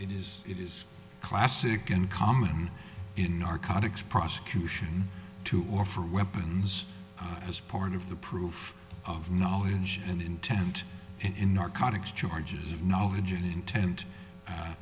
it is it is classic uncommon in narcotics prosecution to offer weapons as part of the proof of knowledge and intent in narcotics charges of knowledge intent